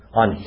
on